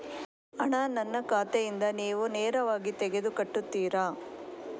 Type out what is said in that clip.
ಹಣ ನನ್ನ ಖಾತೆಯಿಂದ ನೀವು ನೇರವಾಗಿ ತೆಗೆದು ಕಟ್ಟುತ್ತೀರ?